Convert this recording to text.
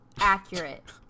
Accurate